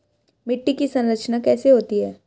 मिट्टी की संरचना कैसे होती है?